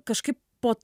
kažkaip po